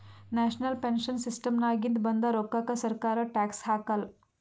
national pension ಸಿಸ್ಟಮ್ನಾಗಿಂದ ಬಂದ್ ರೋಕ್ಕಾಕ ಸರ್ಕಾರ ಟ್ಯಾಕ್ಸ್ ಹಾಕಾಲ್